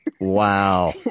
Wow